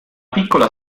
piccola